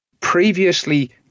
Previously